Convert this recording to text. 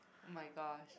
oh-my-gosh